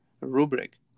rubric